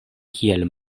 kiel